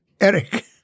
Eric